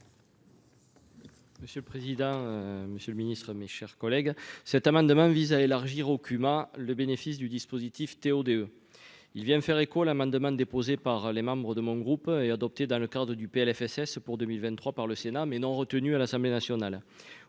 Monsieur le président, Monsieur le Ministre, mes chers collègues, cet amendement vise à élargir au cumin, le bénéfice du dispositif TODE il vient faire écho à l'amendement déposé par les membres de mon groupe et adopté dans le cadre du Plfss pour 2023 par le Sénat mais non retenu à l'Assemblée Nationale